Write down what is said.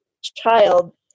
child